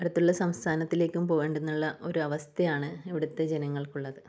അടുത്തുള്ള സംസ്ഥാനത്തിലേക്കും പോകേണ്ടതെന്നുള്ള ഒരു അവസ്ഥയാണ് ഇവിടുത്തെ ജനങ്ങൾക്ക് ഉള്ളത്